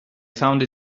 found